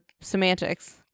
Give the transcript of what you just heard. semantics